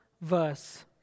verse